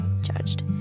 judged